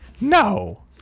no